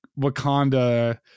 Wakanda